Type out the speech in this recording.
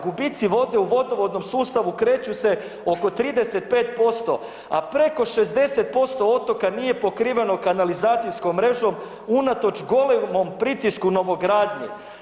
Gubici vode u vodovodnom sustavu kreću se oko 35%, a preko 60% otoka nije pokriveno kanalizacijskom mrežom unatoč golemom pritisku novogradnje.